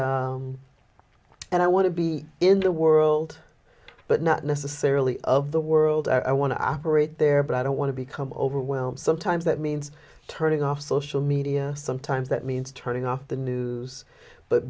and and i want to be in the world but not necessarily of the world i want to operate there but i don't want to become overwhelmed sometimes that means turning off social media sometimes that means turning off the news but